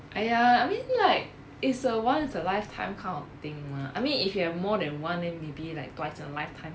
!aiya! I mean like it's a once in a lifetime kind of thing mah I mean if you have more than one then maybe like twice a lifetime